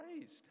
raised